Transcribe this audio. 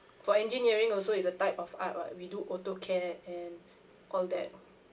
for engineering also is a type of art [what] we do auto care and all that